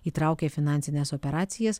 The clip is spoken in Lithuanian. įtraukė finansines operacijas